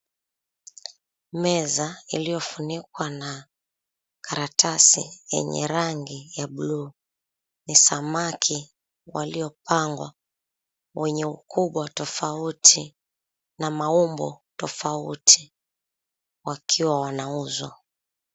Meza, iliyofunikwa na karatasi yenye rangi ya blue . Ni samaki waliopangwa, wenye ukubwa tofauti na maumbo tofauti, wakiwa wanauzwa.